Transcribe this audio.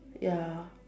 ya